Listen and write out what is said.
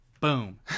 Boom